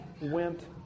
went